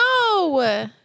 No